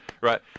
Right